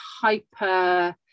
hyper